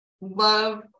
love